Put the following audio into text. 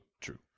true